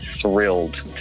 thrilled